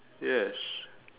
yes